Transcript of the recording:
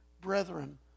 brethren